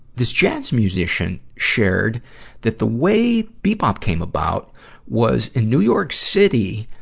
this jazz musician shared that the way bebop came about was, in new york city,